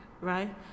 right